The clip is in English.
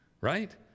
right